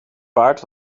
paard